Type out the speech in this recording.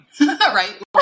right